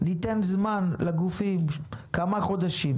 ניתן לגופים זמן של כמה חודשים.